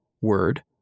word